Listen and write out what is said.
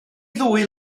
ddwy